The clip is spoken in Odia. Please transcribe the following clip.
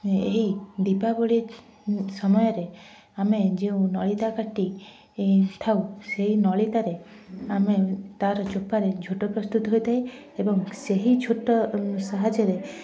ଏହି ଦୀପାବଳି ସମୟରେ ଆମେ ଯେଉଁ ନଳିତା କାଟି ଥାଉ ସେଇ ନଳିତାରେ ଆମେ ତା'ର ଚୋପାରେ ଝୋଟ ପ୍ରସ୍ତୁତ ହୋଇଥାଏ ଏବଂ ସେହି ଝୋଟ ସାହାଯ୍ୟରେ